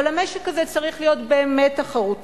אבל המשק הזה צריך להיות באמת תחרותי,